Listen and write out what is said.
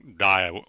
die